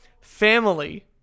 family